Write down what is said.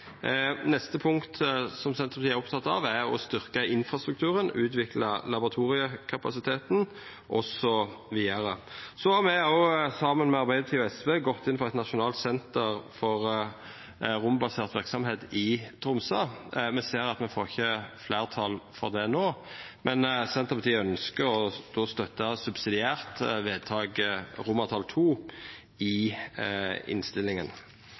Neste punkt Senterpartiet er oppteke av, er å styrkja infrastrukturen, utvikla laboratoriekapasiteten osv. Me har òg, saman med Arbeidarpartiet og SV, gått inn for eit nasjonalt senter for rombasert verksemd i Tromsø. Me ser at me får ikkje fleirtal for det no, men Senterpartiet ønskjer då å støtta forslag til vedtak II i innstillinga